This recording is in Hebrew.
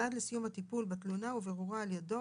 ועד לסיום הטיפול בתלונה ובירורה על ידו,